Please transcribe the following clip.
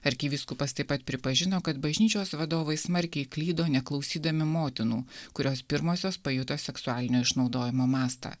arkivyskupas taip pat pripažino kad bažnyčios vadovai smarkiai klydo neklausydami motinų kurios pirmosios pajuto seksualinio išnaudojimo mastą